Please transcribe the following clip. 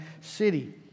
city